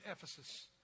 Ephesus